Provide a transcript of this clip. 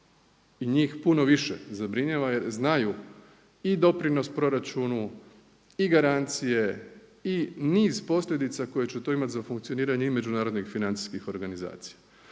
i njih puno više zabrinjava jer znaju i doprinos proračunu i garancije i niz posljedica koje će to imati za funkcioniranje i međunarodnih financijskih organizacija.